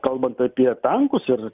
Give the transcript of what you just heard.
kalbant apie tankus ir